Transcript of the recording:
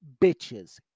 bitches